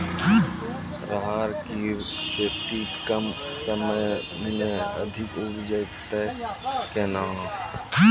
राहर की खेती कम समय मे अधिक उपजे तय केना?